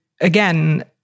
again